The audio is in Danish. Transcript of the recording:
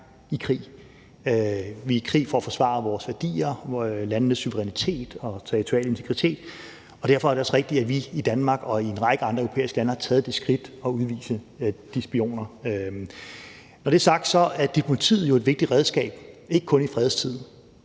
i krig. Vi er i krig for at forsvare vores værdier, landenes suverænitet og territoriale integritet, og derfor er det også rigtigt, at vi i Danmark og i en række andre europæiske lande har taget det skridt med at udvise de spioner. Når det er sagt, er diplomatiet jo et vigtigt redskab, ikke kun i fredstid,